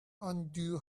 undo